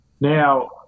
now